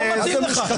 מה זה "מושחתים"?